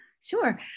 Sure